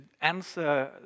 answer